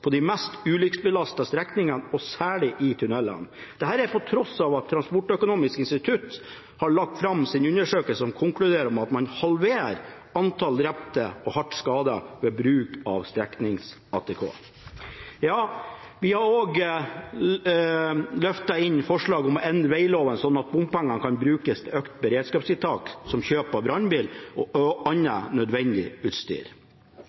på de mest ulykkesbelastede strekningene og særlig i tunnelene. Dette er på tross av at Transportøkonomisk institutt har lagt fram sin undersøkelse som konkluderer med at man halverer antall drepte og hardt skadde ved bruk av streknings-ATK. Vi har også løftet inn forslaget om å endre vegloven slik at bompenger kan brukes til økte beredskapstiltak, som kjøp av brannbil og annet